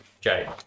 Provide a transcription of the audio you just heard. Jay